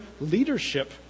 leadership